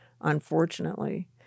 unfortunately